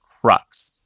Crux